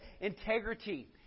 integrity